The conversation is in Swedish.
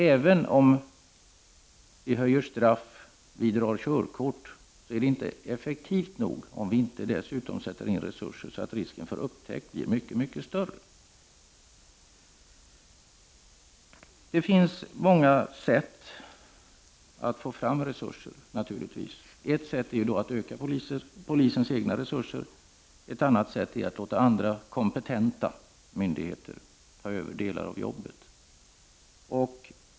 Även om vi höjer straffen och drar in körkorten, så är det därför inte effektivt nog, så länge vi inte samtidigt sätter in resurser som gör risken för upptäckt mycket större. Det finns naturligtvis många olika sätt att få fram resurser. Ett sätt är att öka polisens egna resurser, ett annat sätt är att låta andra, kompetenta, myndigheter ta över delar av jobbet.